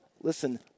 listen